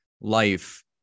life